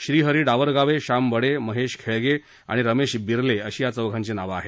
श्रीहरी डावरगावे श्याम बडे महेश खेळगे आणि रमेश बिरले अशी या चौघांची नावं आहेत